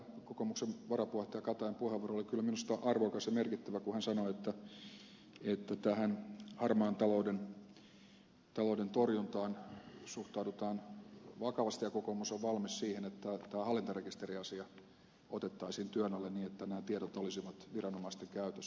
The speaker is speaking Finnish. kokoomuksen varapuheenjohtaja katajan puheenvuoro oli kyllä minusta arvokas ja merkittävä kun hän sanoi että tähän harmaan talouden torjuntaan suhtaudutaan vakavasti ja kokoomus on valmis siihen että tämä hallintarekisteriasia otettaisiin työn alle niin että nämä tiedot olisivat viranomaisten käytössä